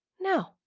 No